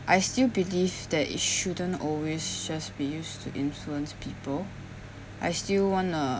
I still believe that it shouldn't always just be used to influence people I still wanna